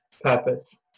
purpose